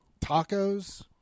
tacos